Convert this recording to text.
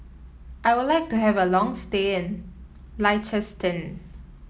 I would like to have a long stay in Liechtenstein